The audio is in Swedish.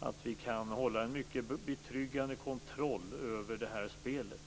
att vi kan ha en mycket betryggande kontroll över det här spelet.